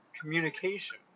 communication